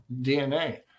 DNA